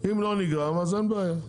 אם לא נגרם אז אין בעיה.